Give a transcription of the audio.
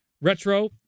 Retro